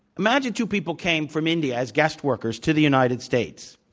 imagine, two people came from india as guest workers to the united states,